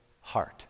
heart